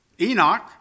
Enoch